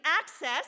access